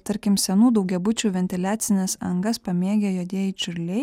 tarkim senų daugiabučių ventiliacines angas pamėgę juodieji čiurliai